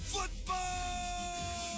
Football